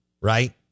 right